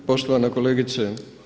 Poštovana kolegice.